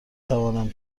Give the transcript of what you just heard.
توانم